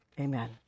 amen